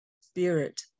Spirit